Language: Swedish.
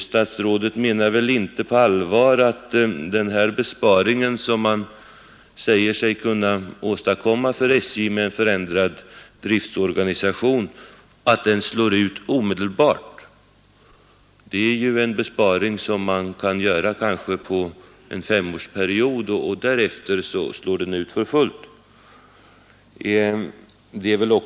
Statsrådet menar väl inte på allvar att den besparing man säger sig kunna åstadkomma för SJ med ndrad driftsorganisation slår ut omedelbart. Det är ju en besparing som man kanske kan göra på en femårsperiod och först därefter slår den ut för fullt.